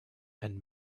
and